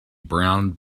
brown